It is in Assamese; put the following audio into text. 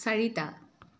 চাৰিটা